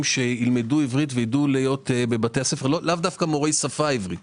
שילמדו עברית ויידעו להיות בבתי הספר - לאו דווקא מורי השפה העברית